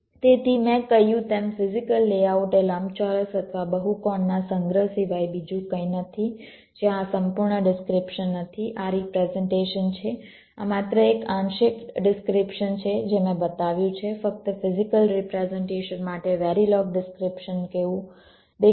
તેથી મેં કહ્યું તેમ ફિઝીકલ લેઆઉટ એ લંબચોરસ અથવા બહુકોણના સંગ્રહ સિવાય બીજું કંઈ નથી જ્યાં આ સંપૂર્ણ ડિસ્ક્રીપ્શન નથી આ રિપ્રેઝન્ટેશન છે આ માત્ર એક આંશિક ડિસ્ક્રીપ્શન છે જે મેં બતાવ્યું છે ફક્ત ફિઝીકલ રિપ્રેઝન્ટેશન માટે વેરિલોગ ડિસ્ક્રીપ્શન કેવું દેખાઈ શકે છે તે તમને જણાવવા માટે